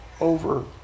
over